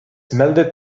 meldet